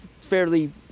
fairly